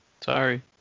Sorry